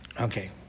Okay